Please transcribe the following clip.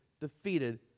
defeated